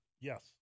Yes